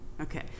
Okay